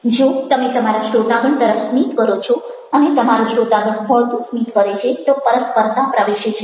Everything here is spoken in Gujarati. જો તમે તમારા શ્રોતાગણ તરફ સ્મિત કરો છો અને તમારો શ્રોતાગણ વળતું સ્મિત કરે છે તો પરસ્પરતા પ્રવેશે છે